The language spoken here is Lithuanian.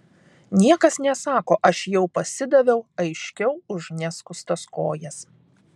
niekas nesako aš jau pasidaviau aiškiau už neskustas kojas